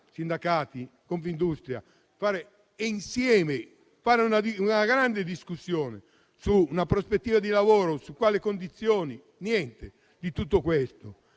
(sindacati e Confindustria), fare insieme una grande discussione su una prospettiva di lavoro e sulle condizioni, invece niente di tutto questo.